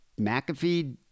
McAfee